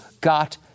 got